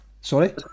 sorry